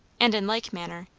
and in like manner,